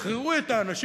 תשחררו את האנשים.